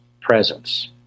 presence